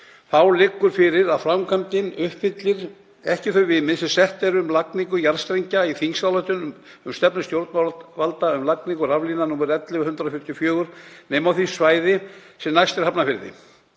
Þá liggur fyrir að framkvæmdin uppfyllir ekki þau viðmið sem sett eru um lagningu jarðstrengja í þingsályktun um stefnu stjórnvalda um lagningu raflína nr. 11/144, nema á því svæði sem næst er Hafnarfirði.